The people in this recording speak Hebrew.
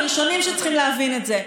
הראשונים שצריכים להבין את זה,